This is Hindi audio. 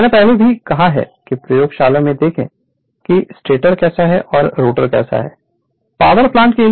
मैंने पहले भी कहा है कि प्रयोगशाला में देखें कि स्टेटर कैसा है या रोटर कैसा होता है यह एक जैसे दिखते हैं